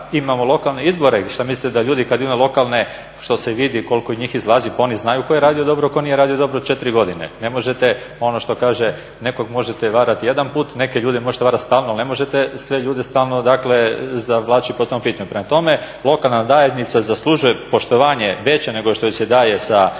imamo lokalne izbore, što mislite da ljudi kad idu na lokalne, što se vidi koliko njih izlazi, pa oni znaju tko je radio dobro, a tko nije radio dobro 4 godine. Ne možete, ono što kaže nekog možete varat jedanput, neke ljude možete varat stalno ali ne možete sve ljude stalno zavlačiti po tom pitanju. Prema tome, lokalna zajednica zaslužuje poštovanje veće nego što joj se daje sa